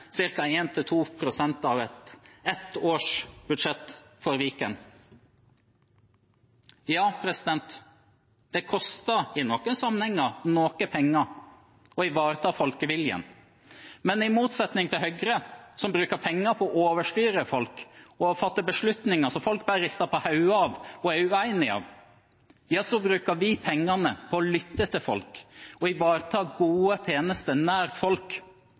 av ett års budsjett for Viken. Ja, det koster i noen sammenhenger noe penger å ivareta folkeviljen, men i motsetning til Høyre, som bruker penger på å overstyre folk, og som fatter beslutninger som folk bare rister på hodet av og er uenig i, bruker vi pengene på å lytte til folk og ivareta gode tjenester nær folk,